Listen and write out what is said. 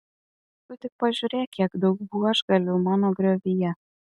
tu tik pažiūrėk kiek daug buožgalvių mano griovyje